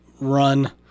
run